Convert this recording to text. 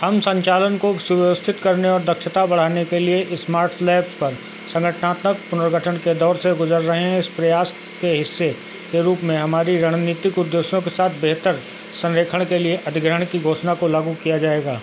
हम संचालन को सुव्यवस्थित करने और दक्षता बढ़ाने के लिए स्मार्टलैब्स पर संगठनात्मक पुनर्गठन के दौर से गुज़र रहे हैं इस प्रयास के हिस्से के रूप में हमारे रणनीतिक उद्देश्यों के साथ बेहतर संरक्षण के लिए अधिग्रहण की घोषणा को लागू किया जाएगा